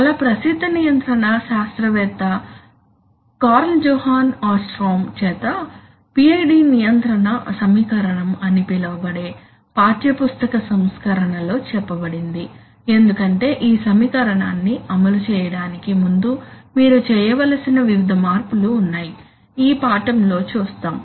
చాలా ప్రసిద్ధ నియంత్రణ శాస్త్రవేత్త కార్ల్ జోహన్ ఆస్ట్రోమ్ చేత PID నియంత్రణ సమీకరణం అని పిలవబడే పాఠ్యపుస్తక సంస్కరణ లో చెప్పబడింది ఎందుకంటే ఈ సమీకరణాన్ని అమలు చేయడానికి ముందు మీరు చేయవలసిన వివిధ మార్పులు ఉన్నాయని ఈ పాఠంలో చూస్తాము